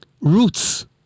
roots